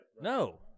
No